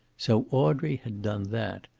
so audrey had done that,